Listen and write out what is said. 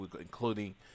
including